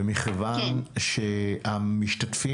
ומכיוון שהמשתתפים,